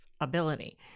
ability